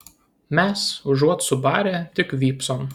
mes užuot subarę tik vypsom